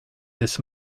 this